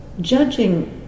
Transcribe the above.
Judging